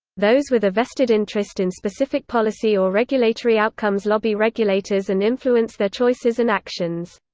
those with a vested interest in specific policy or regulatory outcomes lobby regulators and influence their choices and actions.